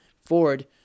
Ford